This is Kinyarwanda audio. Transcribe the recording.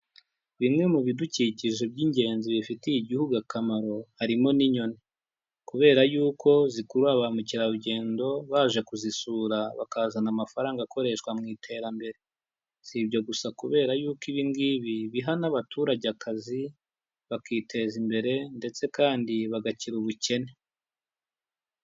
Bimwe mu bidukikije by'ingenzi bifitiye Igihugu akamaro, harimo n'inyoni. Kubera yuko zikurura ba mukerarugendo baje kuzisura, bakazana amafaranga akoreshwa mu iterambere. Si ibyo gusa kubera yuko ibi ngibi, biha n'abaturage akazi, bakiteza imbere ndetse kandi bagakira ubukene.